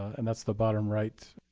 and that's the bottom right.